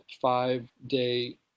five-day